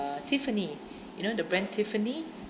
tiffany you know the brand tiffany